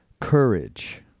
courage